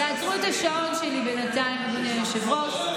תעצרו את השעון שלי בינתיים, אדוני היושב-ראש.